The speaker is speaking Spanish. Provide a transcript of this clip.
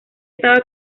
estaba